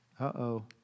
uh-oh